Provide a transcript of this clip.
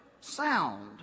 sound